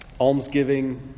almsgiving